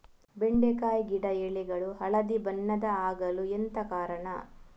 ಬೆಂಡೆಕಾಯಿ ಗಿಡ ಎಲೆಗಳು ಹಳದಿ ಬಣ್ಣದ ಆಗಲು ಎಂತ ಕಾರಣ?